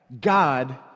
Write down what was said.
God